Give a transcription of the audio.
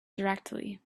directly